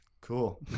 cool